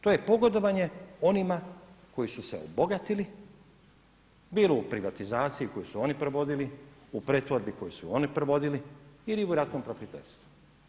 To je pogodovanje onima koji su se obogatili bilo u privatizaciji koju su oni provodili, u pretvorbi koju su oni provodili ili u ratnom profiterstvu.